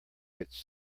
its